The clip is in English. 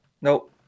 nope